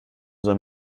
soll